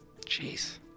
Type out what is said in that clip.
Jeez